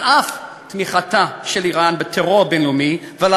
על אף תמיכתה של איראן בטרור הבין-לאומי ועל